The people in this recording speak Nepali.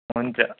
हुन्छ